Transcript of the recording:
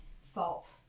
salt